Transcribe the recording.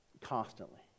constantly